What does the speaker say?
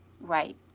Right